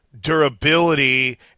durability